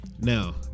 Now